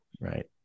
Right